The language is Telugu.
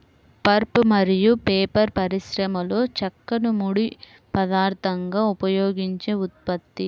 పల్ప్ మరియు పేపర్ పరిశ్రమలోచెక్కను ముడి పదార్థంగా ఉపయోగించే ఉత్పత్తి